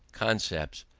concepts,